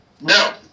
No